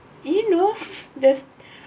you know this